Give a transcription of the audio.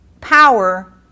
power